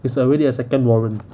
is already a second warrant